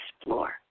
explore